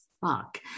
fuck